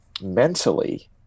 mentally